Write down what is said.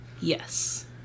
Yes